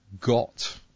got